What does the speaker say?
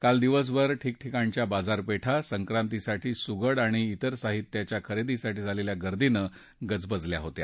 काल दिवसभर ठिकठिकाणच्या बाजारपती सक्रिपीताठी सुगड आणि इतर साहित्याच्या खरद्दीप्राठी झालखा गर्दीन जबजल्या होत्या